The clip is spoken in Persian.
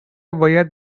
باید